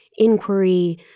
inquiry